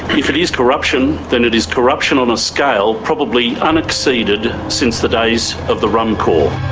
if it is corruption, then it is corruption on a scale probably unexceeded since the days of the rum corps.